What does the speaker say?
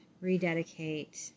rededicate